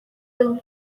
film